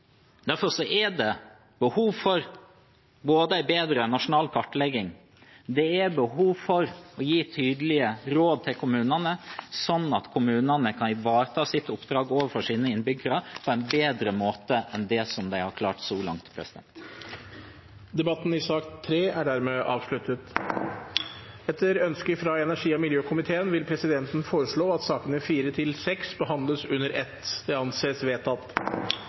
Derfor er det behov for både en bedre nasjonal kartlegging og å gi tydelige råd til kommunene, slik at de kan ivareta oppdraget sitt overfor innbyggerne på en bedre måte enn de har klart så langt. Flere har ikke bedt om ordet til sak nr. 3. Etter ønske fra energi- og miljøkomiteen vil presidenten foreslå at sakene nr. 4–6 behandles under ett. – Det anses vedtatt.